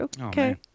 okay